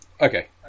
okay